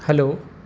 hello